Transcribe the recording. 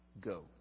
go